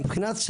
מבחינה,